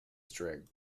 string